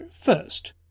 first